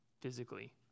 physically